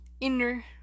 inner